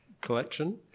collection